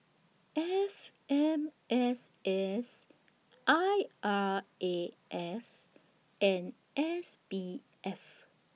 F M S S I R A S and S B F